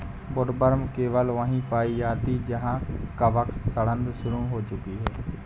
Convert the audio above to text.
woodworm केवल वहीं पाई जाती है जहां कवक सड़ांध शुरू हो चुकी है